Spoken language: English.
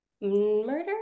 murder